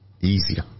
easier